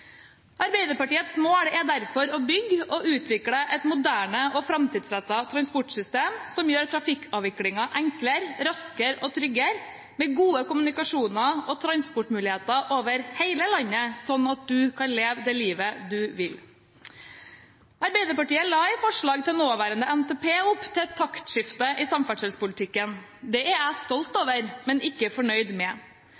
Arbeiderpartiets mål er derfor å bygge og utvikle et moderne og framtidsrettet transportsystem som gjør trafikkavviklingen enklere, raskere og tryggere, med gode kommunikasjoner og transportmuligheter over hele landet, slik at en kan leve det livet en vil. Arbeiderpartiet la i forslag til nåværende NTP opp til et taktskifte i samferdselspolitikken. Det er jeg stolt over, men ikke fornøyd med.